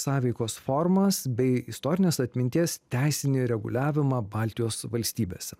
sąveikos formas bei istorinės atminties teisinį reguliavimą baltijos valstybėse